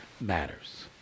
matters